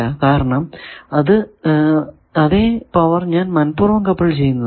കാരണം അതെ പവർ ഞാൻ മനഃപൂർവം കപ്പിൾ ചെയ്യുന്നതാണ്